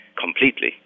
completely